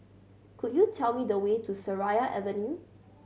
could you tell me the way to Seraya Avenue